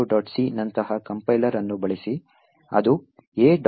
c ನಂತಹ compiler ಅನ್ನು ಬಳಸಿ ಅದು a